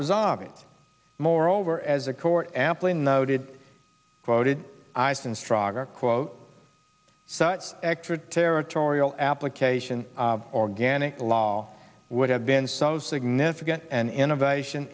resolve it moreover as the court amply noted quoted ice and stronger quote such extraterritorial application organic law would have been so significant an innovation